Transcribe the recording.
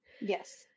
yes